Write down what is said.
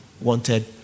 wanted